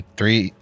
three